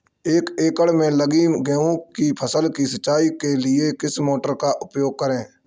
एक एकड़ में लगी गेहूँ की फसल की सिंचाई के लिए किस मोटर का उपयोग करें?